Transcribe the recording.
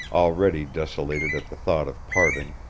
already desolated at the thought of parting,